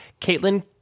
Caitlin